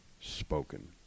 spoken